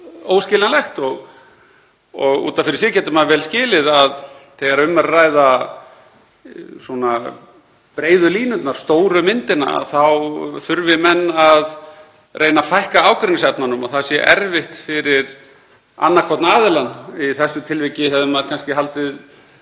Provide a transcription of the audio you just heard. Út af fyrir sig getur maður vel skilið að þegar um er að ræða breiðu línurnar, stóru myndina, þá þurfi menn að reyna að fækka ágreiningsefnunum og það sé erfitt fyrir annan hvorn aðilann. Í þessu tilviki hefði maður kannski haldið